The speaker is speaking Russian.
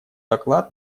доклад